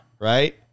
Right